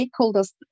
stakeholders